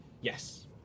Yes